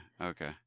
Okay